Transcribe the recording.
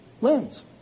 lens